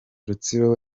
rutsiro